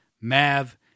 Mav